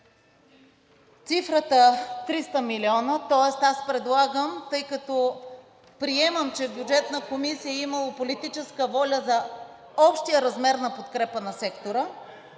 цифрата „300 млн. лв.“, тоест аз предлагам, тъй като приемам, че в Бюджетна комисия е имало политическа воля за общия размер на подкрепа на сектора,